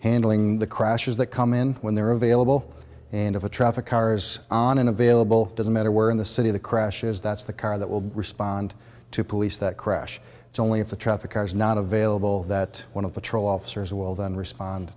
handling the crashes that come in when they're available and of the traffic cars on an available doesn't matter where in the city the crash is that's the car that will respond to police that crash only if the traffic is not available that one of the troll officers will then respond